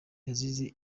yazize